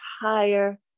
higher